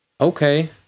okay